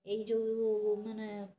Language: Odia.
ଏଇ ଯେଉଁ ମାନେ